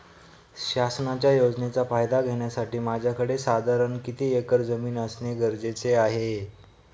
शासनाच्या योजनेचा फायदा घेण्यासाठी माझ्याकडे साधारण किती एकर जमीन असणे गरजेचे आहे?